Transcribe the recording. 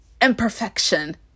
imperfection